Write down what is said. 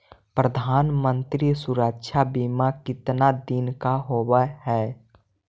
प्रधानमंत्री मंत्री सुरक्षा बिमा कितना दिन का होबय है?